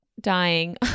dying